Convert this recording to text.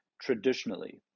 traditionally